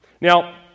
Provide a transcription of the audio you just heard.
Now